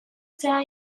fair